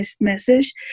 message